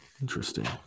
Interesting